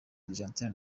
argentine